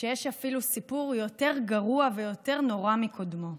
שיש אפילו סיפור יותר גרוע ויותר נורא מקודמו.